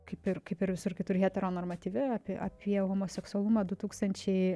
kaip ir kaip ir visur kitur heteronormatyvi apie apie homoseksualumą du tūkstančiai